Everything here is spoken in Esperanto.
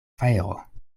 fajro